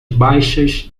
baixas